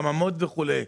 חממות וכו'.